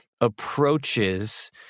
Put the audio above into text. approaches